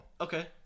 Okay